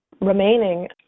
remaining